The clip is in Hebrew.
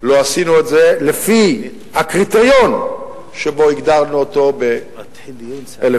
לא עשינו את זה לפי הקריטריון שהגדרנו ב-1948.